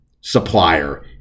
supplier